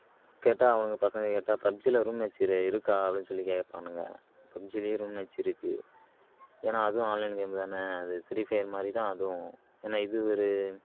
கேட்டால் அவனுங்க பசங்கள் கேட்டால் பப்ஜில ரூம் மேட்ச் இருக்கா அப்படின்னு சொல்லி கேட்பானுங்க பப்ஜிலயும் ரூம் மேட்ச் இருக்குது ஏன்னா அதுவும் ஆன்லைன் கேம் தான அது ஃப்ரி ஃபயர் மாதிரி தான் அதுவும் ஏன்னா இது ஒரு